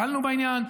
פעלנו בעניין.